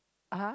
!huh!